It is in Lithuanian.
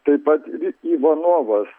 taip pat ivanovas